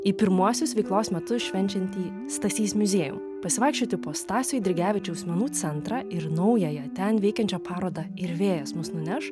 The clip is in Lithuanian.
į pirmuosius veiklos metus švenčiantį stasys muziejum pasivaikščioti po stasio eidrigevičiaus menų centrą ir naująją ten veikiančią parodą ir vėjas mus nuneš